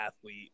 athlete